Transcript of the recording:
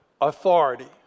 authority